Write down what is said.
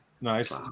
Nice